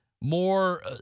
more